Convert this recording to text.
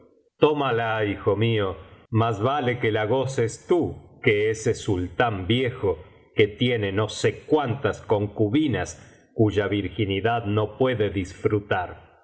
tómala hijo mío más vale que biblioteca valenciana generalitat valenciana las mil noches y una noche la goces tú que ese sultán viejo que tiene no sé cuántas concubinas suya virginidad no puede disfrutar